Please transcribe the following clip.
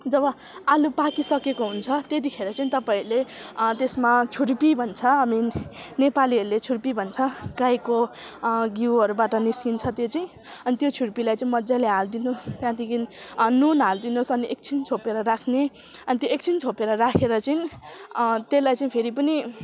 जब आलु पाकिसकेको हुन्छ त्यतिखेर चाहिँ तपाईँहरूले त्यसमा छुर्पी भन्छ मेन नेपालीहरूले छुर्पी भन्छ गाईको घिउहरूबाट निस्किन्छ त्यो चाहिँ अनि त्यो छुर्पीलाई चाहिँ मज्जाले हाल्दिनुस् त्यहाँदेखि नुन हालिदिनुहोस् अनि एकछिन छोपेर राख्ने अनि त्यो एकछिन छोपेर राखेर चाहिँ त्यसलाई चाहिँ फेरि पनि